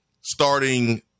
starting